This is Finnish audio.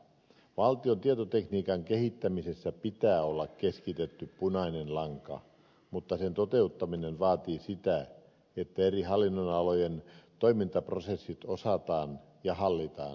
valtion tietotekniikan kehittämisessä pitää olla keskitetty punainen lanka mutta sen toteuttaminen vaatii sitä että eri hallinnonalojen toimintaprosessit osataan ja hallitaan